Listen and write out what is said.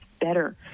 better